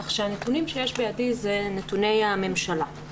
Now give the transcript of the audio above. כך שהנתונים שיש בידי הם נתוני הממשלה.